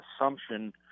Assumption